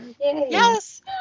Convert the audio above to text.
yes